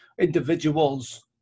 individuals